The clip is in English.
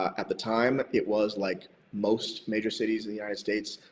at the time, it was, like most major cities in the united states,